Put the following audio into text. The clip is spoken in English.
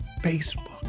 Facebook